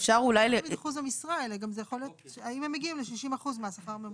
אלא גם זה יכול להיות האם הם מגיעים לשישים אחוז מהשכר הממוצע.